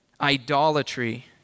idolatry